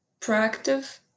proactive